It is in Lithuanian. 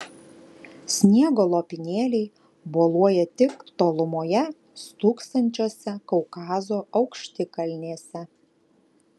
sniego lopinėliai boluoja tik tolumoje stūksančiose kaukazo aukštikalnėse